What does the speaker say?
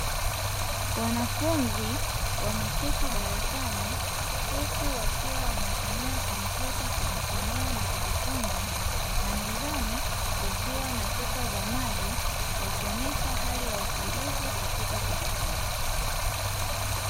Wanafunzi wameketi darasani huku wakiwa wanatumia kompyuta mpakato kujisomea na kujifunza na mezani kukiwa na chupa za maji. Wakionyesha hali ya utulivu katika kujifunza.